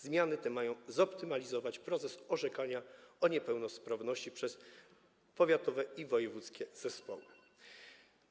Zmiany te mają zoptymalizować proces orzekania o niepełnosprawności przez powiatowe i wojewódzkie zespoły.